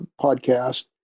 podcast